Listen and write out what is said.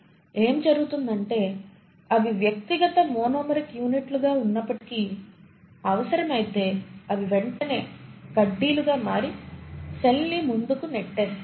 కాబట్టి ఏమి జరుగుతుందంటే అవి వ్యక్తిగత మోనోమెరిక్ యూనిట్లుగా ఉన్నప్పటికీ అవసరమైతే అవి వెంటనే కడ్డీలుగా మారి సెల్ ని ముందుకు నెట్టేస్తాయి